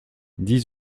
dix